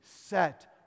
set